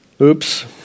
Oops